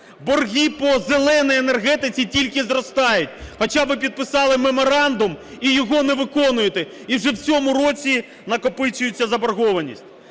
Борги по "зеленій" енергетиці тільки зростають, хоча ви підписали меморандум і його не виконуєте, і вже в цьому році накопичується заборгованість.